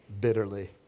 bitterly